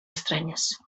estranyes